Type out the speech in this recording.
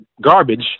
garbage